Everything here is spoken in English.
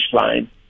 line